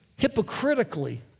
hypocritically